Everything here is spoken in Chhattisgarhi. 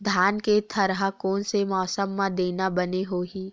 धान के थरहा कोन से मौसम म देना बने होही?